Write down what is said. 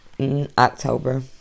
October